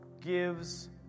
gives